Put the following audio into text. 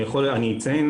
אני אציין,